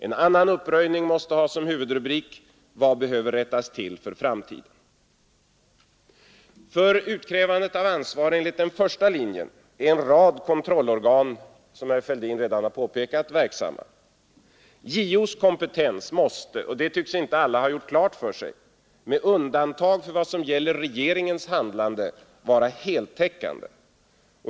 En annan uppröjning måste ha som huvudrubrik: Vad behöver rättas till för framtiden? För utkrävandet av ansvar enligt den första linjen är, som herr Fälldin redan påpekat, en rad kontrollorgan redan verksamma. JO:s kompetens måste — och det tycks alla inte ha gjort klart för sig — med undantag för vad som gäller regeringens handlande — vara heltäckande.